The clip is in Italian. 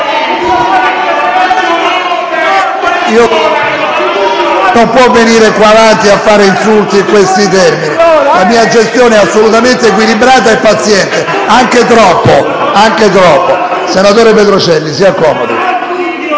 non può venire davanti alla Presidenza a fare insulti in questi termini. La mia gestione è assolutamente equilibrata e paziente, anche troppo. Senatore Petrocelli, si accomodi.